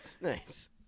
Nice